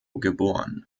geboren